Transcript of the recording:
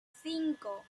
cinco